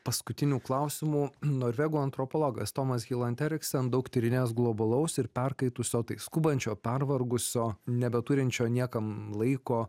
paskutinių klausimų norvegų antropologas tomas hilanteriksen daug tyrinėjęs globalaus ir perkaitusio tai skubančio pervargusio nebeturinčio niekam laiko